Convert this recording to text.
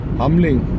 humbling